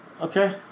Okay